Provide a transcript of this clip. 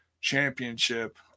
Championship